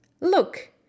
Look